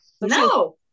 No